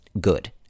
good